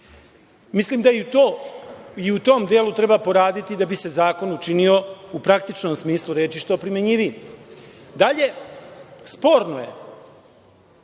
Mislim da i u tom delu treba poraditi da bi se zakon učinio u praktičnom smislu reči što primenjiviji. Dalje, sporno je